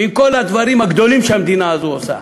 עם כל הדברים הגדולים שהמדינה הזאת עושה,